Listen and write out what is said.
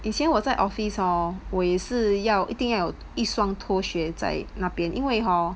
以前我在 office hor 我也是一定要有一双拖鞋在那边因为 hor